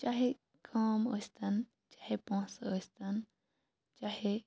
چاہے کٲم ٲستَن چاہے پونٛسہٕ ٲستَن چاہے